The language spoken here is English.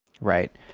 Right